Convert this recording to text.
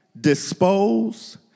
dispose